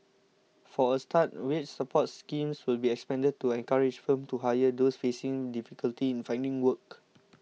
for a start wage support schemes will be expanded to encourage firms to hire those facing difficulty in finding work